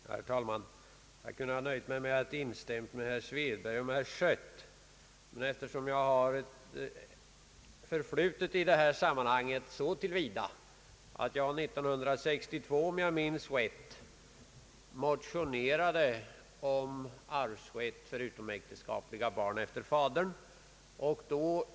Herr talman! Jag kunde ha nöjt mig med att instämma med herr Svedberg och herr Schött, men jag önskar säga några ord därför att jag har ett förflutet i det här sammanhanget. År 1962, om jag minns rätt, motionerade jag om arvsrätt efter fadern för utomäktenskapliga barn.